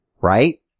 right